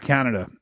Canada